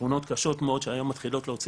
שכונות קשות מאוד שהיום מתחילות להוציא